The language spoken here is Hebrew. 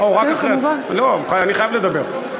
אני חייב לדבר.